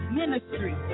ministry